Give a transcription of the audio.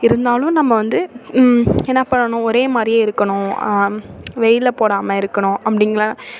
இருந்தாலும் நம்ம வந்து என்ன பண்ணணும் ஒரேமாதிரியே இருக்கணும் வெயிலில் போடாமல் இருக்கணும் அப்படிங்கிற